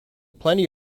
plenty